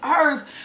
earth